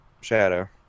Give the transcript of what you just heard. Shadow